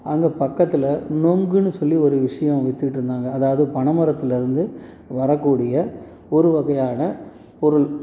அங்கே பக்கத்தில் நொங்குன்னு சொல்லி ஒரு விஷயோம் விற்றுகிட்ருந்தாங்க அதாவது பனை மரத்தில் இருந்து வரக்கூடிய ஒரு வகையான பொருள்